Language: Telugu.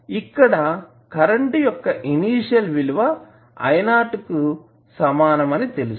ఇక్కడ కరెంట్ యొక్క ఇనీషియల్ విలువ I0 కు సమానం అని తెలుసు